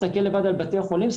להסתכל לבד על בתי החולים,